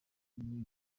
muri